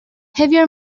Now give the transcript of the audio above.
heavier